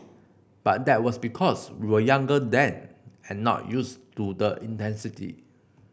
but that was because we were younger then and not used to the intensity